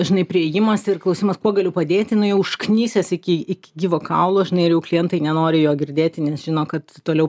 žinai priėjimas ir klausimas kuo galiu padėti nu jau užknisęs iki iki gyvo kaulo žinai ir jau klientai nenori jo girdėti nes žino kad toliau